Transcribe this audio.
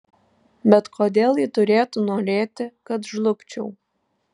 bet kodėl ji turėtų norėti kad žlugčiau